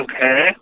okay